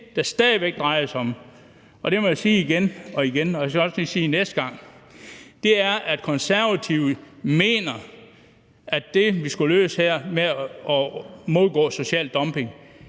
det, det stadig drejer sig om, og det må jeg sige igen og igen, og jeg skal også lige sige det næste gang, er, at Konservative stadig væk ønsker, at der skal være social dumping